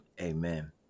Amen